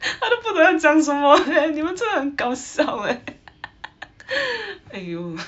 她都不懂要讲什么 leh 你们真的很搞笑 eh !aiyo!